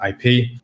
IP